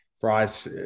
Bryce